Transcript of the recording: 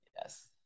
Yes